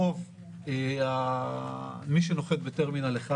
רוב מי שנוחת בטרמינל 1,